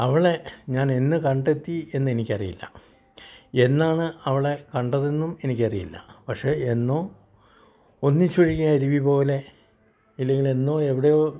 അവളെ ഞാൻ എന്ന് കണ്ടെത്തി എന്ന് എനിക്ക് അറിയില്ല എന്നാണ് അവളെ കണ്ടതെന്നും എനിക്ക് അറിയില്ല പക്ഷേ എന്നോ ഒന്നിച്ചൊഴൂകിയ അരുവി പോലെ ഇല്ലെങ്കിൽ എന്നോ എവിടെയോ